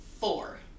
four